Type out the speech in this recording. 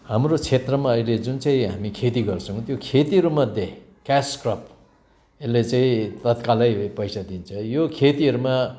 हाम्रो क्षेत्रमा अहिले जुन चाहिँ हामी खेती गर्छौँ त्यो खेतीहरूमध्ये क्यास क्रप यसले चाहिँ तत्कालै पैसा दिन्छ यो खेतीहरूमा